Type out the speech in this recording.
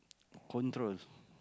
control